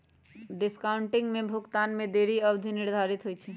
discounting में भुगतान में देरी के अवधि निर्धारित होइ छइ